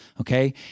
Okay